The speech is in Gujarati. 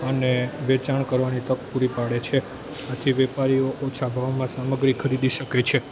અને વેચાણ કરવાની તક પૂરી પાડે છે આથી વેપારીઓ ઓછા ભાવમાં સામગ્રી ખરીદી કરી શકે છે